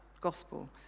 gospel